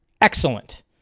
Excellent